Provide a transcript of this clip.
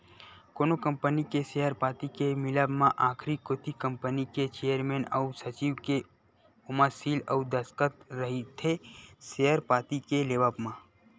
कोनो कंपनी के सेयर पाती के मिलब म आखरी कोती कंपनी के चेयरमेन अउ सचिव के ओमा सील अउ दस्कत रहिथे सेयर पाती के लेवब म